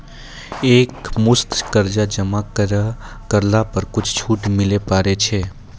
एक मुस्त कर्जा जमा करला पर कुछ छुट मिले पारे छै?